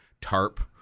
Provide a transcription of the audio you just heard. TARP